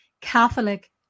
Catholic